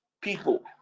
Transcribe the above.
people